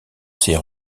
ces